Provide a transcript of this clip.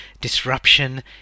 disruption